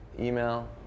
email